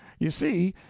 you see,